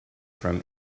from